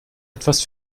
etwas